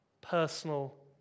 personal